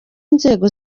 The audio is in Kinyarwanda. inzego